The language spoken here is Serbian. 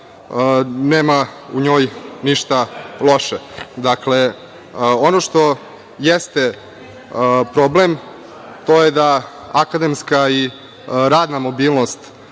nema u njoj ništa loše. Ono što jeste problem, to je da akademska i radna mobilnost